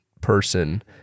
person